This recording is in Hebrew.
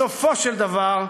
בסופו של דבר,